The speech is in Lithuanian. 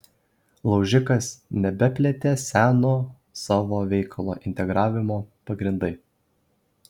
laužikas nebeplėtė seno savo veikalo integravimo pagrindai